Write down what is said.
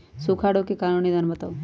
सूखा रोग के कारण और निदान बताऊ?